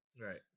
Right